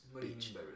Beach